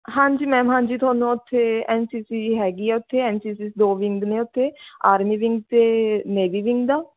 ਹਾਂਜੀ ਮੈਮ ਹਾਂਜੀ ਤੁਹਾਨੂੰ ਉੱਥੇ ਐੱਨ ਸੀ ਸੀ ਹੈਗੀ ਹੈ ਉੱਥੇ ਐੱਨ ਸੀ ਸੀ ਦੋ ਵਿੰਗ ਨੇ ਉੱਥੇ ਆਰਮੀ ਵਿੰਗ ਅਤੇ ਨੇਵੀ ਵਿੰਗ ਦਾ